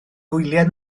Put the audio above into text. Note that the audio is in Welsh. gwyliau